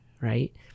Right